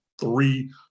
three